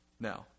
Now